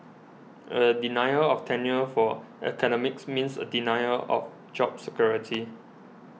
a denial of tenure for academics means a denial of job security